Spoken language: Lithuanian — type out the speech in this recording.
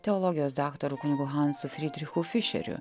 teologijos daktaru kunigu hansu frydrichu fišeriu